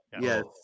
yes